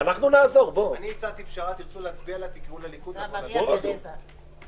לקחת דוגמה של אולם אירועים אבל זה גם חנות קטנה שהפרה את התקנות.